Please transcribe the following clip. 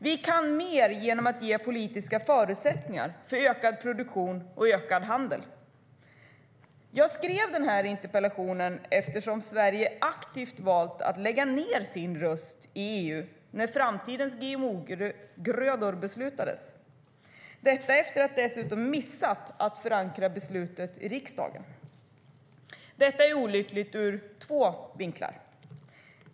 Vi kan mer genom att ge politiska förutsättningar för ökad produktion och ökad handel. Jag skrev den här interpellationen eftersom Sverige aktivt valde att lägga ned sin röst i EU när framtidens GMO-grödor beslutades, detta efter att dessutom ha missat att förankra beslutet i riksdagen. Detta är olyckligt ur två synvinklar.